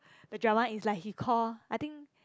the drama is like he call I think